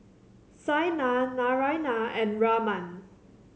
Saina Naraina and Raman